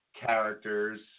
characters